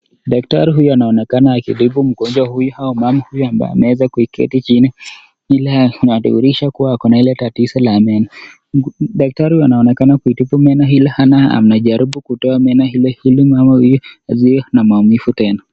Daktari huyu anaonekana akitibu mgonjwa huyu, au mama huyu ambaye ameweza kuketi chini, inadhihirisha kuwa ako na ile tatizo la meno. Daktari huyu anaonekana kutibu meno hili, ama anajaribu kutoa meno ile ili mama huyu asiwe na maumivu tena.